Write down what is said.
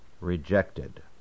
rejected